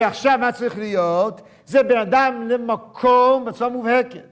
עכשיו מה צריך להיות זה בין אדם למקום בצורה מובהקת.